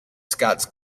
scots